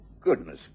goodness